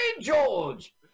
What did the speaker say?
George